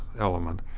element,